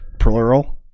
Plural